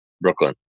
Brooklyn